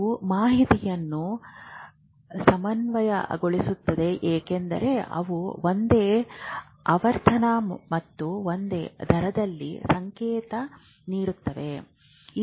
ಇದು ಮಾಹಿತಿಯನ್ನು ಸಮನ್ವಯಗೊಳಿಸುತ್ತದೆ ಏಕೆಂದರೆ ಅವು ಒಂದೇ ಆವರ್ತನ ಮತ್ತು ಒಂದೇ ದರದಲ್ಲಿ ಸಂಕೇತ ನೀಡುತ್ತವೆ